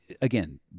again